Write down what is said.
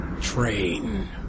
Train